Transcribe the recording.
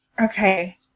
okay